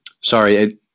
Sorry